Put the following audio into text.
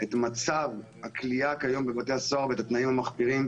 את מצב הכליאה כיום בבתי הסוהר ואת התנאים המחפירים.